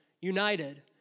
united